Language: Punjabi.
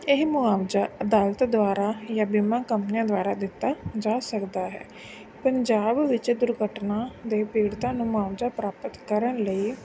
ਇਹ ਮੁਆਵਜ਼ਾ ਅਦਾਲਤ ਦੁਆਰਾ ਜਾਂ ਬੀਮਾ ਕੰਪਨੀਆਂ ਦੁਆਰਾ ਦਿੱਤਾ ਜਾ ਸਕਦਾ ਹੈ ਪੰਜਾਬ ਵਿੱਚ ਦੁਰਘਟਨਾ ਦੇ ਪੀੜਤਾਂ ਨੂੰ ਮੁਆਵਜ਼ਾ ਪ੍ਰਾਪਤ ਕਰਨ ਲਈ